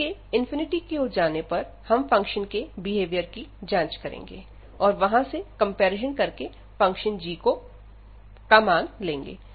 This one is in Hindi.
x के की ओर जाने पर हम फंक्शन के बिहेवियर की जांच करेंगे और वहां से कंपैरिजन करके फंक्शन g को मानेंगे